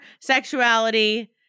sexuality